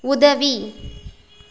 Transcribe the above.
உதவி